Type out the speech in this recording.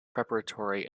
preparatory